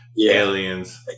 Aliens